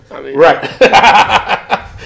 Right